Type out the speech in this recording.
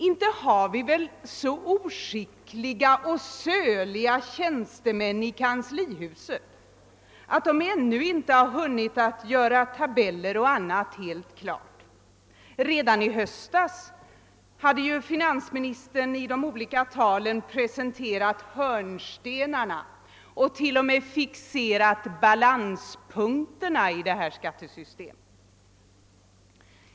Inte har vi väl så oskickliga och slöa tjänstemän i kanslihuset att de ännu inte hunnit göra tabeller och annat helt klart? Redan i höstas presenterade ju finansministern i de olika talen hörnstenarna och t.o.m. fixerade balanspunkterna i detta skattesystem.